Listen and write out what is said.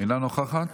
אינה נוכחת,